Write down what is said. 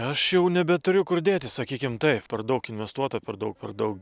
aš jau nebeturiu kur dėtis sakykim taip per daug investuota per daug per daug